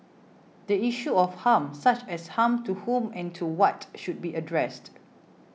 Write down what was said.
the issue of harm such as harm to whom and to what should be addressed